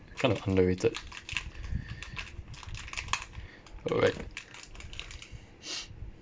kind of underrated alright